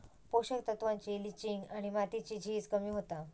पोषक तत्त्वांची लिंचिंग आणि मातीची झीज कमी होता